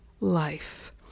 life